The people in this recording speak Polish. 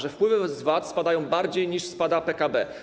Że wpływy z VAT spadają bardziej, niż spada PKB.